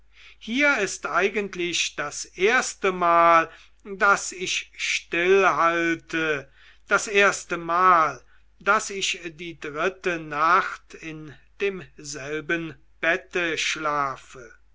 hier ist eigentlich das erstemal daß ich stillhalte das erstemal daß ich die dritte nacht in demselben bette schlafe